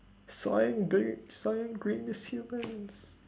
swine bein~ swine greets humans